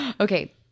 Okay